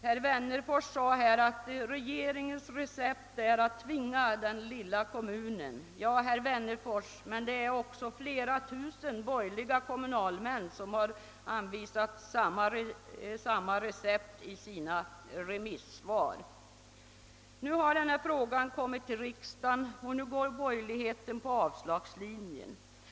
Herr Wennerfors sade att regeringens recept är att tvinga den lilla kommunen. Men, herr Wennerfors, det är också fle ra tusen borgerliga kommunalmän som har anvisat samma recept i sina remisssvar. Nu har frågan kommit till riksdagen, och nu går borgerligheten på avslagslinjen.